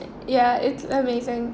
ya it's amazing